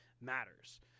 matters